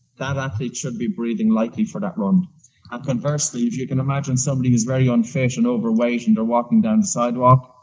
that athlete should be breathing lightly for that run. and conversely if you can imagine somebody who's very unfit and overweight and they're walking down the sidewalk,